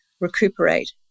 recuperate